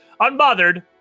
Unbothered